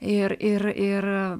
ir ir ir